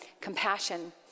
Compassion